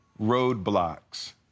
roadblocks